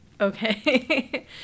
Okay